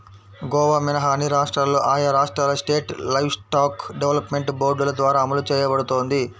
గోవా మినహా అన్ని రాష్ట్రాల్లో ఆయా రాష్ట్రాల స్టేట్ లైవ్స్టాక్ డెవలప్మెంట్ బోర్డుల ద్వారా అమలు చేయబడుతోంది